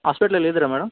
ಆಸ್ಪೆಟ್ಲಲ್ಲಿ ಇದೀರಾ ಮೇಡಮ್